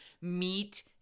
meet